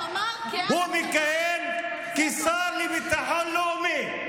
הוא אמר, כי אז, הוא מכהן כשר לביטחון לאומי,